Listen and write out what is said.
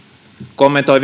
kommentoi